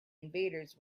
invaders